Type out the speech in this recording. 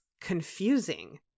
confusing